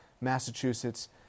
Massachusetts